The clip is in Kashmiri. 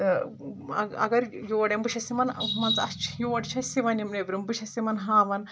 تہٕ اگر یور یِم بہٕ چھَس یِمَن مان ژِ اَسہِ یور چھِ اَسہِ یِوَان یِم نؠبرِم بہٕ چھَس یِمَن ہاوَان